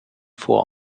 vor